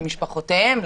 למשפחותיהם,